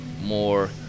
more